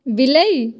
ବିଲେଇ